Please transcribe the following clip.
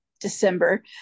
December